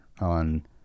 on